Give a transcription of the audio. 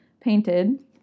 painted